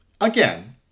again